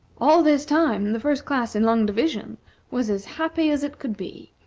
all this time, the first class in long division was as happy as it could be,